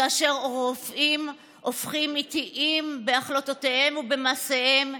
כאשר רופאים הופכים איטיים בהחלטותיהם ובמעשיהם,